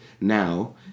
now